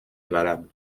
valable